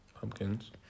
Pumpkins